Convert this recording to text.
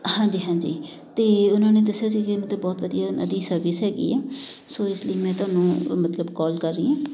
ਹਾਂਜੀ ਹਾਂਜੀ ਅਤੇ ਉਹਨਾਂ ਨੇ ਦੱਸਿਆ ਸੀ ਵੀ ਮਤਲਬ ਬਹੁਤ ਵਧੀਆ ਉਹਨਾਂ ਦੀ ਸਰਵਿਸ ਹੈਗੀ ਆ ਸੋ ਇਸ ਲਈ ਮੈਂ ਤੁਹਾਨੂੰ ਮਤਲਬ ਕੋਲ ਕਰ ਰਹੀ ਹਾਂ